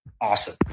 awesome